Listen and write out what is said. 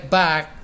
back